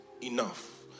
enough